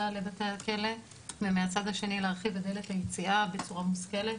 לבתי הכלא ומהצד השני להרחיב את דלת היציאה בצורה מושכלת.